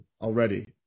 already